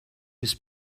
his